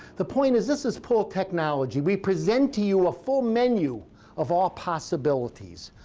the point is this is pull technology. we present to you a full menu of all possibilities.